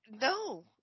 No